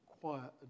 quiet